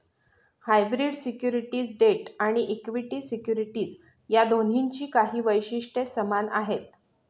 hybrid securities debt आणि equity securities या दोन्हींची काही वैशिष्ट्ये समान आहेत